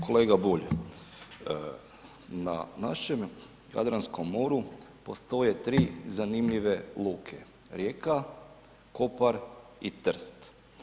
Kolega Bulj, na našem Jadranskom moru postoje tri zanimljive luke Rijeka, Kopar i Trst.